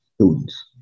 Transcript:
students